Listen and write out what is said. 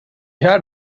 had